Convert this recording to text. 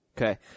Okay